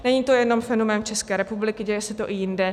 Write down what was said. Není to jenom fenomén České republiky, děje se to i jinde.